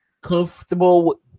comfortable